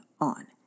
on